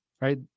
Right